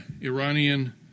Iranian